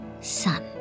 son